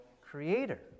Creator